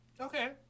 Okay